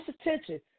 attention